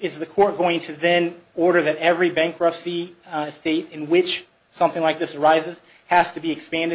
is the court going to then order that every bankruptcy estate in which something like this arises has to be expanded